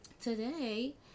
today